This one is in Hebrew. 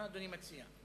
מה אדוני מציע?